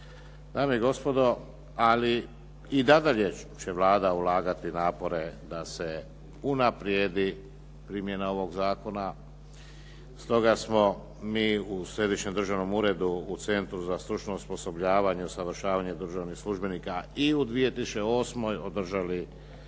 Dame i gospodo, ali i nadalje će Vlada ulagati napore da se unaprijedi primjena ovog zakona. Stoga smo mi u Središnjem državnom uredu u Centru za stručno osposobljavanje, usavršavanje državnih službenika i u 2008. održali